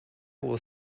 will